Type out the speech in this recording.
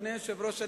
אדוני היושב-ראש,